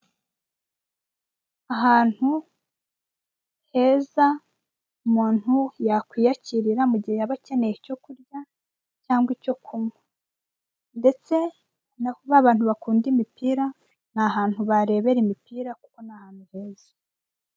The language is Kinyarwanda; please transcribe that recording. Ahantu heza umuntu yakwiyakirira mu gihe yaba akeneye icyo kurya cyangwa icyo kunywa, ndetse na babantu bakunda umipira ni ahantu barebera imipira kuko ni ahantu heza.